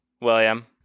William